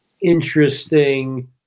interesting